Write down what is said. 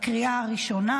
לקריאה הראשונה.